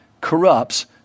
corrupts